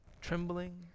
trembling